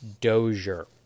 Dozier